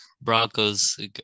Broncos